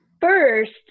first